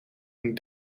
een